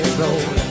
road